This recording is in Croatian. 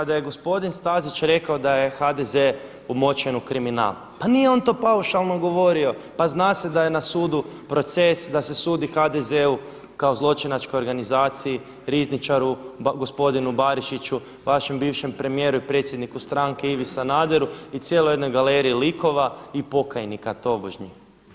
Kada je gospodin Stazić rekao da je HDZ umočen u kriminal, pa nije on to paušalno govorio, pa zna se da je na sudu proces, da se sudi HDZ-u kao zločinačkoj organizaciji, rizničaru, gospodinu Barišiću, vašem bivšem premijeru i predsjedniku stranke Ivi Sanaderu i cijeloj jednoj galeriji likova i pokajnika tobožnjih.